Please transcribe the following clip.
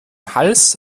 hals